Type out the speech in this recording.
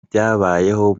byabayeho